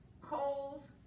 colds